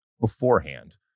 beforehand